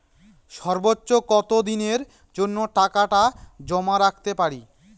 সর্বোচ্চ কত দিনের জন্য টাকা জমা রাখতে পারি?